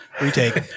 Retake